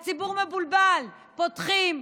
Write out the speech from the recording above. הציבור מבולבל: פותחים,